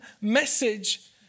message